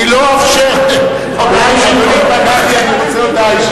אני לא אאפשר אני אבקש הודעה אישית.